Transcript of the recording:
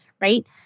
right